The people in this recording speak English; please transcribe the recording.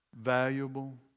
valuable